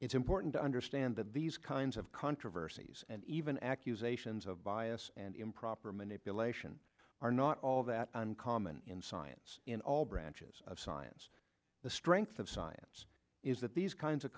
it's important to understand that these kinds of controversies and even accusations of bias and improper manipulation are not all that uncommon in science in all branches of science the strength of science is that these kinds of